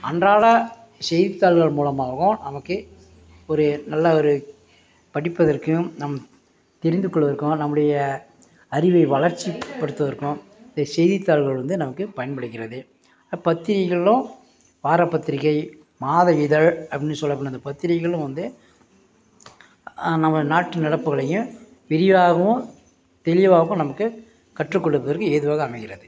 அன்றாட செய்தித்தாள்கள் மூலமாகவும் நமக்கு ஒரு நல்ல ஒரு படிப்பதற்கும் நம் தெரிந்துக்கொள்வதற்கும் நம்முடைய அறிவை வளர்ச்சிப்படுத்துவதற்கும் இந்த செய்தித்தாள்கள் வந்து நமக்கு பயன்படுகிறது பத்திரிக்கைகளும் வார பத்திரிக்கை மாத இதழ் அப்பிடின்னு சொல்லப்படுற அந்த பத்திரிக்கைகளும் வந்து நம்ம நாட்டு நடப்புகளையும் விரிவாகவும் தெளிவாகவும் நமக்கு கற்றுக்கொடுப்பதற்கு ஏதுவாக அமைகிறது